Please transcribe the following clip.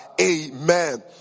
Amen